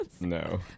No